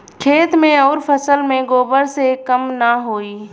खेत मे अउर फसल मे गोबर से कम ना होई?